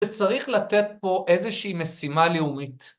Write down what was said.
‫וצריך לתת פה איזושהי משימה לאומית.